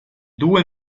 due